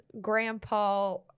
grandpa